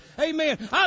Amen